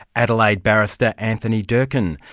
adelaide barrister, anthony durkin.